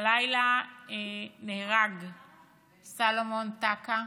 הלילה נהרג סלומון טקה,